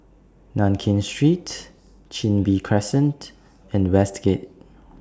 Nankin Street Chin Bee Crescent and Westgate